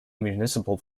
municipal